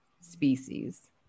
species